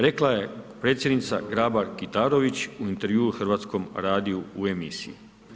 Rekla je predsjednica Grabar Kitarović u intervjuu Hrvatskom radiju u emisiji.